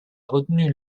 retenu